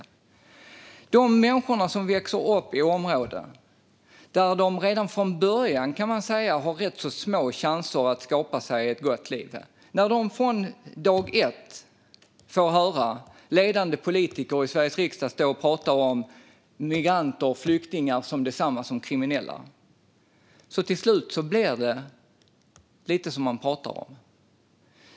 När de människor som växer upp i områden där de redan från början har rätt små chanser att skapa sig ett gott liv från dag ett får höra ledande politiker i Sveriges riksdag stå och prata om migranter och flyktingar som detsamma som kriminella blir det till slut lite som man säger.